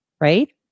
right